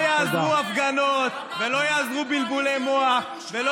לא יעזרו הפגנות ולא יעזרו בלבולי מוח ולא